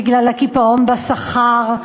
בגלל הקיפאון בשכר,